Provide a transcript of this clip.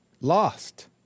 lost